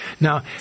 Now